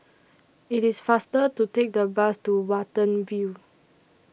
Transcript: IT IS faster to Take The Bus to Watten View